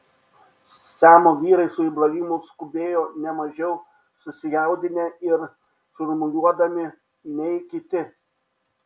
semo vyrai su ibrahimu skubėjo ne mažiau susijaudinę ir šurmuliuodami nei kiti